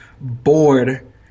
bored